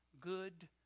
good